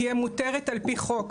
תהיה מותרת על פי חוק,